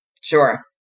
Sure